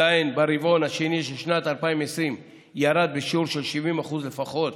שלהן ברבעון השני של שנת 2020 ירד בשיעור של 70% לפחות